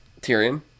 Tyrion